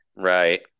Right